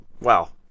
Wow